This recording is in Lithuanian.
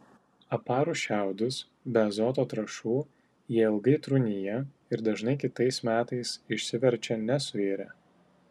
aparus šiaudus be azoto trąšų jie ilgai trūnija ir dažnai kitais metais išsiverčia nesuirę